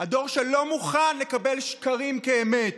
דור שלא מוכן לקבל שקרים כאמת,